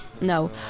No